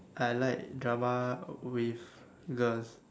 I like drama with girls